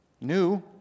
New